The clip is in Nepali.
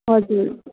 हजुर